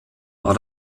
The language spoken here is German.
war